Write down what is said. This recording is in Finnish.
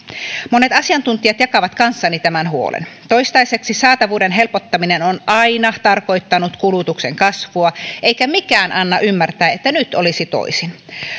monet asiantuntijat jakavat kanssani tämän huolen toistaiseksi saatavuuden helpottaminen on aina tarkoittanut kulutuksen kasvua eikä mikään anna ymmärtää että nyt olisi toisin